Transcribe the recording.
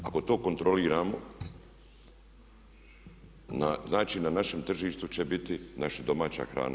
Ako to kontroliramo znači, na našem tržištu će biti naša domaća hrana.